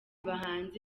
bahanzi